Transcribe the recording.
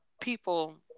people